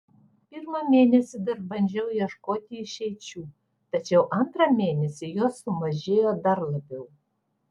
pirmą mėnesį dar bandžiau ieškoti išeičių tačiau antrą mėnesį jos sumažėjo dar labiau